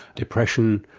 depression,